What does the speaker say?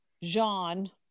jean